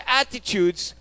attitudes